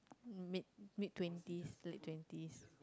mid mid twenty late twenty